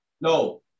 no